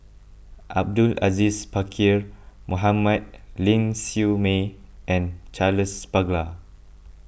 Abdul Aziz Pakkeer Mohamed Ling Siew May and Charles Paglar